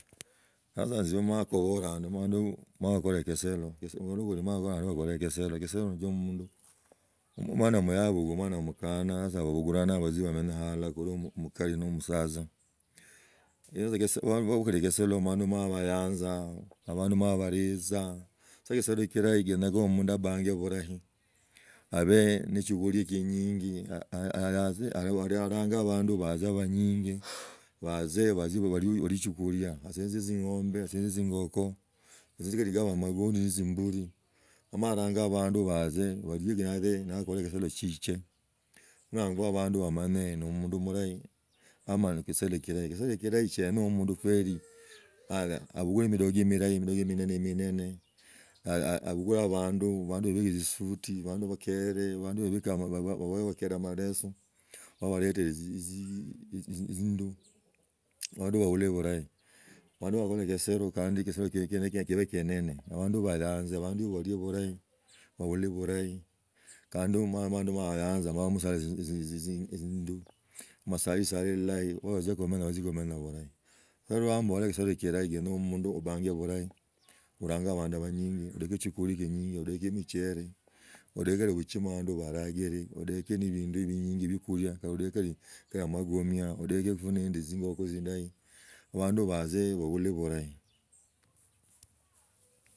Cze mala kobolaa moakakola ekeselo abanda balokoli bubelaa ekeselo, ekeselo nitchio omundu omwana muyayi obugulaa omwana mukana hasa babulana batsie baminye alala kulwa omukal no omusatsa, nibakhole keselo abandu bamala nebayanza abandu bamala baritsa so esodo kirahi genyexha omundu apange burahi, abe noshugli kiinyingi orange abandu batse banyinyi batzi balie ging’athe na khola kisolo chichie kho nangwa abandu bamanye no murahi ama ne kisoro kirahi sheli no murahi ama ne kisolo kirahi kisoro kirahi sheli no omundu feli auwe midogomilahi midogo mineno, mineme abugela abugela abandu, abanda babikire ne jisoti, abandu bashiere abandu baekere maleso maabaleteli etzindu abandubahulzi bulahi, abandu bakola kesera kandi kesero kiena ekio kenya kebe kenene abandu bayanze abandu balie bulahi baure bulahi kandi abandu bamala bayanza ma amusali ebindu masai sahi ilahilwa batsia, khumenya batsia khumenya bulah, khulwa mboraa kisero kirahi kenya amundu abanga bulahi orange abandu banyingi, odeke chiokhola kinyigi odeke muchere odikere obichima abandu amagomia odieko nende tzingoka tzindahi abandu bazi bahure bulahi.